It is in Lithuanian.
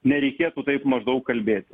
nereikėtų taip maždaug kalbėti